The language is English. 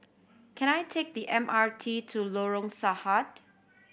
can I take the M R T to Lorong Sarhad